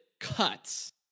cuts